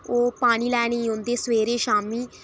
ओह् पानी लैने गी औंदे सवेरे शाम्मीं